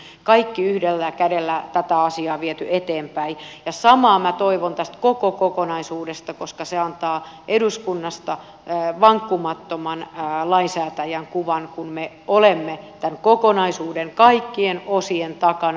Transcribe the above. kaikki ovat yhdellä kädellä tätä asiaa vieneet eteenpäin ja samaa minä toivon tästä koko kokonaisuudesta koska se antaa eduskunnasta vankkumattoman lainsäätäjän kuvan kun me olemme tämän kokonaisuuden kaikkien osien takana